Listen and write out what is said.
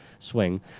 Swing